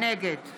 נגד